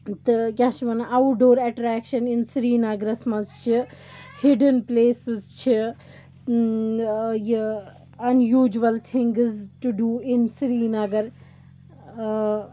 تہٕ کیاہ چھِ وَنان اَوُٹ ڈور ایٚٹریکشَن اِن سرینَگرَس منٛز چھِ ہِڈٕن پٕلیسٕز چھِ یہِ unusual things to do in Srinagar